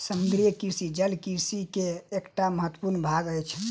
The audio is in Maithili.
समुद्रीय कृषि जल कृषि के एकटा महत्वपूर्ण भाग अछि